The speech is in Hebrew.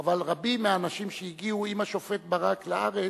אבל רבים מהאנשים שהגיעו עם השופט ברק לארץ,